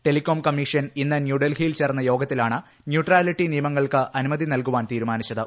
telecom commission ഇന്ന് ന്യൂഡൽഹിയിൽ ചേർന്ന യോഗത്തിലാണ് ന്യൂട്രാലിറ്റി നിയമങ്ങൾക്ക് അനുമതി നൽകാൻ തീരുമാനിച്ചത്